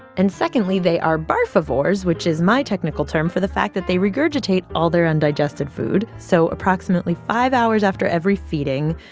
and secondly, they are barfivores, which is my technical term for the fact that they regurgitate all their undigested food. so approximately five hours after every feeding,